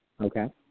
okay